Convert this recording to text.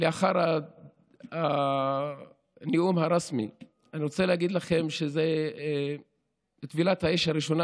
לאחר הנאום הרשמי אני רוצה להגיד לכם שזאת טבילת האש הראשונה